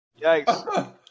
Yikes